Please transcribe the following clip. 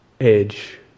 edge